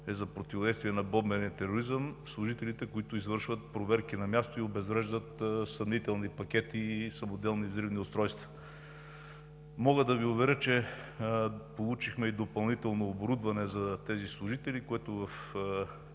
за противодействие на бомбения тероризъм са служителите, които извършват проверки на място и обезвреждат съмнителни пакети и самоделни взривни устройства. Мога да Ви уверя, че получихме допълнително оборудване за тези служители, което в